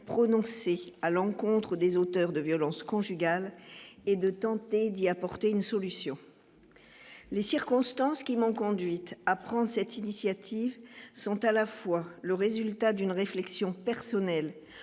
prononcées à l'encontre des auteurs de violences conjugales et de tenter d'y apporter une solution, les circonstances qui m'ont conduite à prendre cette initiative, sont à la fois le résultat d'une réflexion personnelle